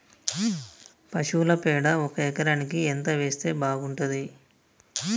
పశువుల పేడ ఒక ఎకరానికి ఎంత వేస్తే బాగుంటది?